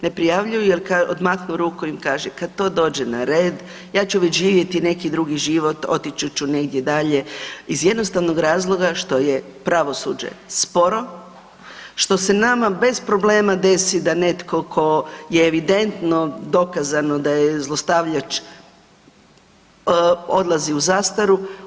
Ne prijavljuju jel odmahnu rukom i kaže kad to dođe na red ja ću već živjeti neki drugi život, otići ću negdje dalje iz jednostavnog razloga što je pravosuđe sporo, što se nama bez problema desi da netko tko je evidentno, dokazano da je zlostavljač odlazi u zastaru.